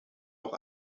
auch